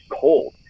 cold